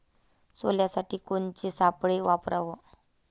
सोल्यासाठी कोनचे सापळे वापराव?